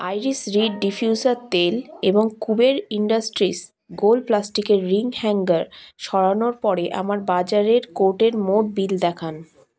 iris reed diffuser তেল এবং Kuber industries গোল প্লাস্টিকের রিং হ্যাঙ্গার সরানোর পরে আমার বাজারের কোর্টের মোট বিল দেখান